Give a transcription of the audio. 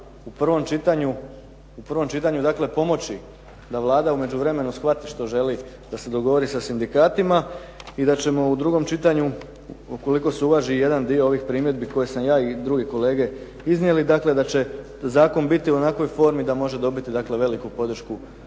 rasprava pomoći da Vlada u međuvremenu shvati što želi da se dogovori sa sindikatima i da ćemo u drugom čitanju ukoliko se uvaži jedan dio ovih primjedbi koje sam ja i druge kolege iznijeli da će zakon biti u onakvoj formi da može dobiti veliku podršku